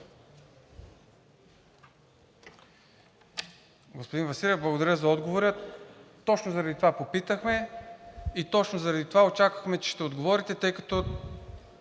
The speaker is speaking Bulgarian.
Господин Василев, благодаря за отговора. Точно заради това попитахме и точно заради това очаквахме, че ще отговорите, тъй като